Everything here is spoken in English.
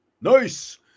Nice